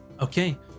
Okay